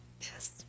yes